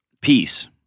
peace